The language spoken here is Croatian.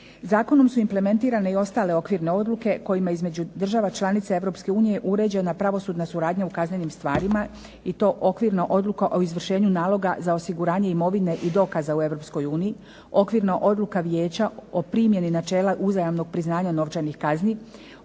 Zakonom su implementirane i ostale okvirne odluke kojima između država članica Europske unije uređena pravosudna suradnja u kaznenim stvarima i to: Ookvirna odluka o izvršenju naloga za osiguranje imovine i dokaza u Europskoj uniji, Okvirna odluka Vijeća o primjeni načela uzajamnog priznanja novčanih kazni,